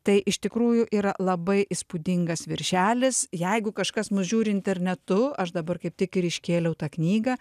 tai iš tikrųjų yra labai įspūdingas viršelis jeigu kažkas mus žiūri internetu aš dabar kaip tik ir iškėliau tą knygą